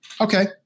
okay